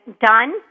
done